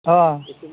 अह